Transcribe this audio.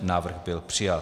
Návrh byl přijat.